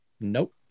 Nope